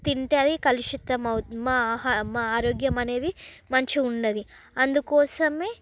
తింటే అది కలుషితం అవుతుంది మా ఆహా మా ఆరోగ్యం అనేది మంచిగా ఉంది అందుకోసమే